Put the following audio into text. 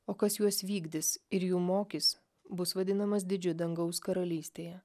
o kas juos vykdys ir jų mokys bus vadinamas didžiu dangaus karalystėje